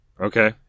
Okay